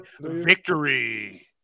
victory